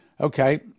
Okay